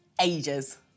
ages